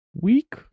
week